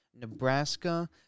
Nebraska